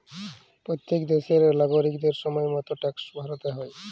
প্যত্তেক দ্যাশের লাগরিকদের সময় মত ট্যাক্সট ভ্যরতে হ্যয়